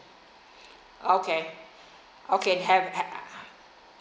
okay okay have had ah